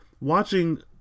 watching